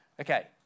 Okay